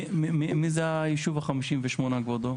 מי זה הישוב החמישים ושמונה, כבודו?